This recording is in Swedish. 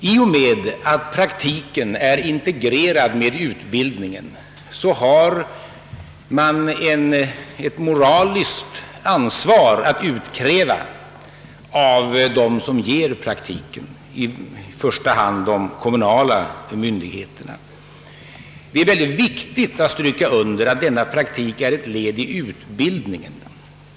I och med att praktiken är integrerad med utbildningen har man ett moraliskt ansvar att utkräva av dem som ger praktiken, i första hand de kommunala myndigheterna. Det är mycket viktigt att understryka att denna praktik är ett led i utbildningen.